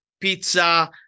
pizza